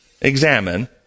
examine